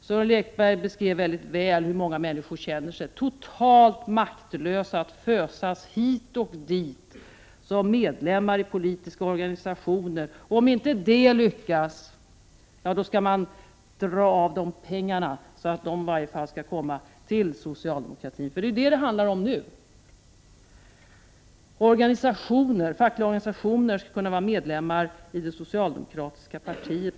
Sören Lekberg beskrev mycket väl att många människor känner sig totalt maktlösa när de föses hit och dit som medlemmar i politiska organisationer. Om inte det lyckas vill man nu ta av dem pengarna, så att i varje fall de kommer socialdemokratin till godo — det är vad det nu handlar om. Fackliga organisationer skall kunna vara medlemmar i det socialdemokratiska partiet!